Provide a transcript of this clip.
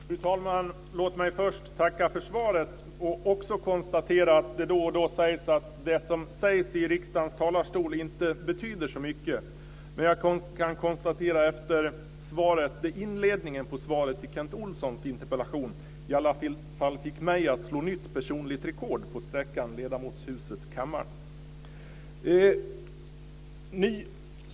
Fru talman! Låt mig först tacka för svaret. Jag vill också konstatera att det då och då heter att det som sägs i riksdagens talarstol inte betyder så mycket. Men jag kan konstatera att inledningen på svaret till Kent Olssons interpellation i alla fall fick mig att slå nytt personligt rekord på sträckan ledamotshusetkammaren.